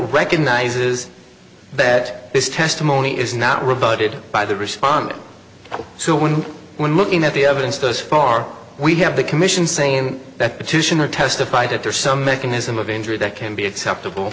recognizes that this testimony is not rebutted by the respondent to one when looking at the evidence thus far we have the commission saying that petitioner testified that there's some mechanism of injury that can be acceptable